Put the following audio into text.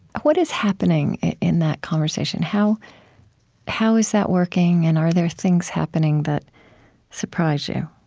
what is happening in that conversation? how how is that working, and are there things happening that surprise you?